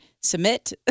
Submit